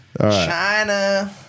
China